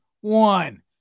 One